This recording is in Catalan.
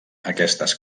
aquestes